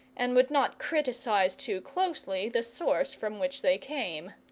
and would not criticise too closely the source from which they came.